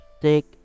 take